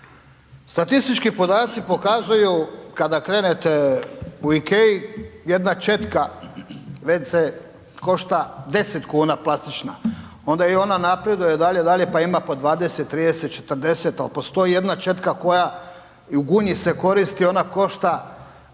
Statistički podaci pokazuju kada krenete u IKEA-i jedna četka wc košta deset kuna, plastična, onda i ona napreduje dalje, dalje pa ima po dvadeset, trideset, četrdeset, ali postoji jedna četka koja i u Gunji se koristi, ona košta